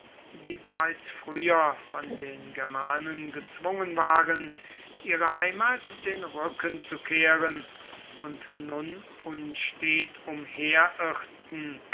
die bereits früher von den germanen gezwungen waren ihrer heimat den rücken zu kehren und nun unstet umherirrten